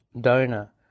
donor